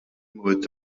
moved